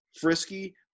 Frisky